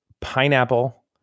pineapple